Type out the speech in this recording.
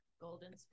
Golden